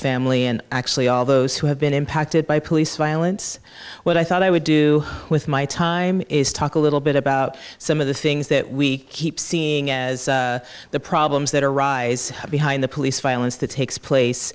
family and actually all those who have been impacted by police violence what i thought i would do with my time is talk a little bit about some of the things that we keep seeing as the problems that arise behind the police violence that takes place